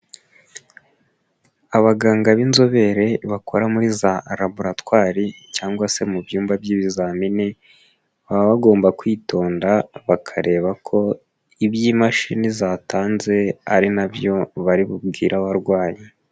Abaganga b'inzobere bakora muri za laboratwari cyangwa se mu byumba by'ibizamini, baba bagomba kwitonda bakareba ko iby'imashini zatanze ari na byo bari bubwire abarwayi.